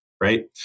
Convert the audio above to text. right